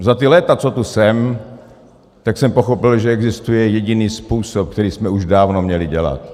Za ta léta, co tu jsem, tak jsem pochopil, že existuje jediný způsob, který jsme už dávno měli dělat.